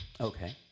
Okay